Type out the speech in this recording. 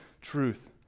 truth